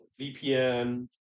VPN